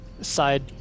side